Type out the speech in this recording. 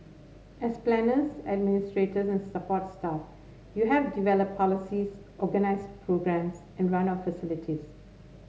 as planners administrators and support staff you have develop policies organize programmes and run our facilities